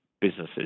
businesses